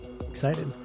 Excited